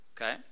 Okay